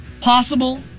possible